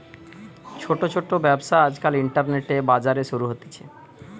ছোট ছোট ব্যবসা আজকাল ইন্টারনেটে, বাজারে শুরু হতিছে